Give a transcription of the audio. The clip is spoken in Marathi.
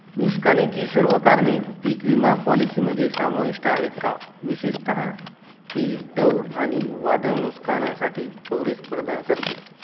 नुकसानाची सर्व कारणे पीक विमा पॉलिसीमध्ये समाविष्ट आहेत का विशेषतः ते दव आणि वादळ नुकसानासाठी कवरेज प्रदान करते